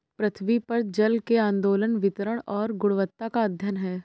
पृथ्वी पर जल के आंदोलन वितरण और गुणवत्ता का अध्ययन है